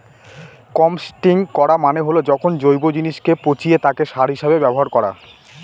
composting করা মানে হল যখন জৈব জিনিসকে পচিয়ে তাকে সার হিসেবে ব্যবহার করা